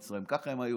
כך הם היו.